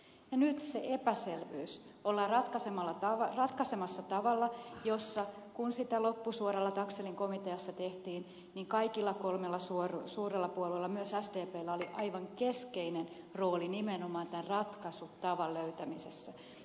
nyt se epäselvyys ollaan ratkaisemassa tavalla jossa kun sitä loppusuoralla taxellin komiteassa tehtiin kaikilla kolmella suurella puolueella myös sdpllä oli aivan keskeinen rooli nimenomaan tämän ratkaisutavan löytämisessä